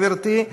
גברתי,